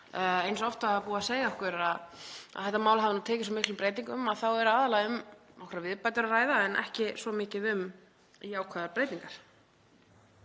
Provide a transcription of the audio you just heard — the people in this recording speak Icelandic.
eins oft og búið er að segja okkur að þetta mál hafi tekið svo miklum breytingum þá er aðallega um nokkrar viðbætur að ræða en ekki svo mikið um jákvæðar breytingar.